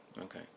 Okay